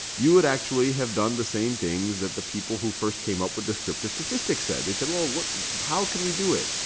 you would actually have done the same things that the people who first came up with descriptive statistics said. they said, well, how can we do it?